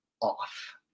off